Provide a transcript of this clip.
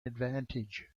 advantage